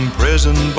prison